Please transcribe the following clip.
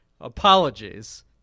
apologies